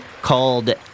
called